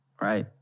right